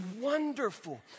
wonderful